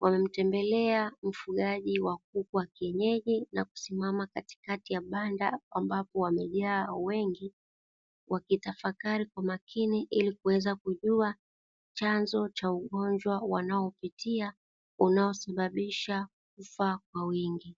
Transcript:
wamemtembelea mfungaji wa kuku wa kinyeji na kusimama katikati ya banda, ambapo wamejaa wengi wakitafakari kwa makini ilikuweza kujuwa chanzo cha ugonjwa wanaoupitia unaosababisha kufa kwa wingi.